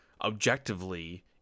objectively